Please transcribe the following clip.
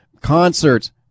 concerts